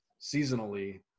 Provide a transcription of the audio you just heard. seasonally